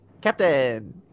Captain